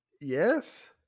Yes